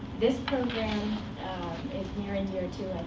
this program is near and dear to,